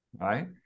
right